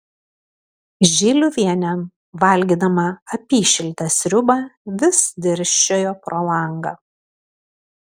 žiliuvienė valgydama apyšiltę sriubą vis dirsčiojo pro langą